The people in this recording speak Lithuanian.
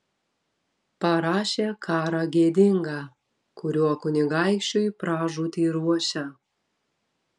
parašė karą gėdingą kuriuo kunigaikščiui pražūtį ruošia